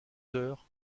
heures